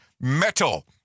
Metal